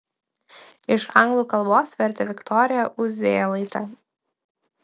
iš anglų kalbos vertė viktorija uzėlaitė